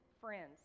friends